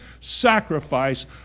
sacrifice